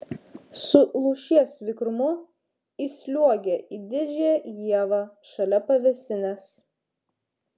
su lūšies vikrumu įsliuogė į didžiąją ievą šalia pavėsinės